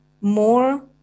more